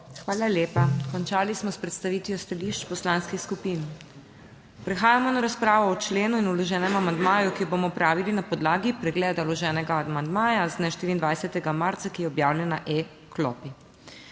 Hvala lepa. Končali smo s predstavitvijo stališč poslanskih skupin. Prehajamo na razpravo o členu in vloženem amandmaju, ki jo bomo opravili na podlagi pregleda vloženega amandmaja z dne 24. marca, ki je objavljen na e-Klopi.